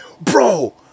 bro